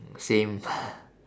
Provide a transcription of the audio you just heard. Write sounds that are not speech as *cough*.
mm same *breath*